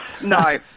no